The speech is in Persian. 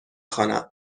خوانم